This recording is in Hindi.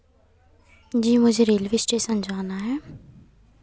जी मुझे रेलवे स्टेशन जाना है